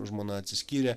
žmona atsiskyrė